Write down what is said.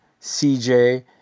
CJ